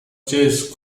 chase